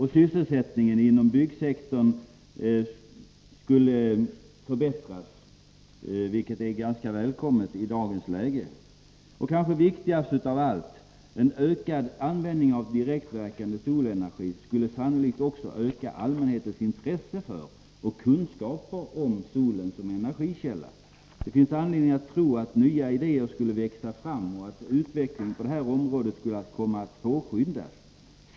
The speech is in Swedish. Sysselsättningen inom byggnadssektorn skulle öka, vilket är ganska välkommet i dagens läge. Det kanske viktigaste av allt är dock att en större användning av direktverkande solenergi sannolikt skulle öka allmänhetens intresse för och kunskaper om solen som energikälla. Det finns anledning att tro att nya idéer skulle växa fram och att utvecklingen på detta område skulle komma att påskyndas.